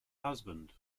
husband